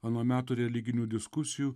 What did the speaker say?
ano meto religinių diskusijų